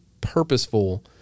purposeful